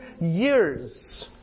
years